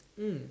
mm